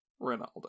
Ronaldo